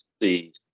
see